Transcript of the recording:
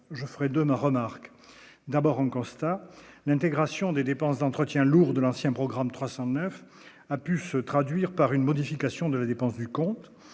je ferai demain, remarque d'abord en constat : l'intégration des dépenses d'entretien lourd de l'ancien programme 309 a pu se traduire par une modification de dépenses du compte,